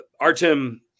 Artem –